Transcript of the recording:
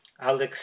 Alex